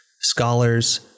scholars